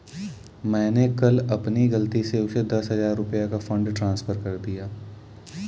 मैंने कल अपनी गलती से उसे दस हजार रुपया का फ़ंड ट्रांस्फर कर दिया